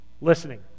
Listening